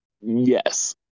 Yes